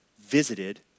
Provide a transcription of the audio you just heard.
visited